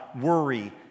worry